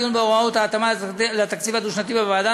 הדיון בהוראות ההתאמה לתקציב הדו-שנתי בוועדה